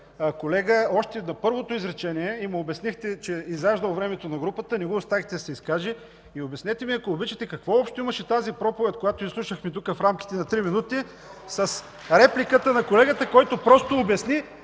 колега още на първото изречение и му обяснихте, че изяждал времето на групата, а не го оставихте да се изкаже? Обяснете ми, ако обичате, какво общо имаше тази проповед, която изслушахме тук в рамките на три минути (ръкопляскания и реплики от БСП